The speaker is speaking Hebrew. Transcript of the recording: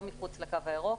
לא מחוץ לקו הירוק.